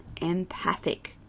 empathic